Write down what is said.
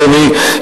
אדוני,